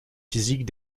physiques